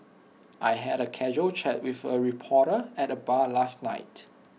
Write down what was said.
I had A casual chat with A reporter at the bar last night